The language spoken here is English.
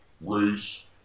race